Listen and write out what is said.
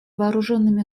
вооруженными